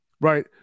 Right